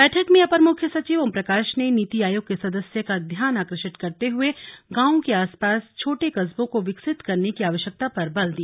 बैठक में अपर मुख्य सचिव ओम प्रकाश ने नीति आयोग के सदस्य का ध्यान आकृष्ट करते हुए गांव के आस पास छोटे कस्बों को विकसित करने की आवश्यकता पर बल दिया